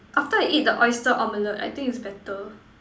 after I eat the oyster omelette I think it's better